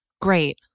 Great